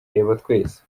twese